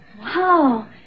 Wow